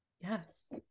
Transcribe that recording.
Yes